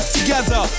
together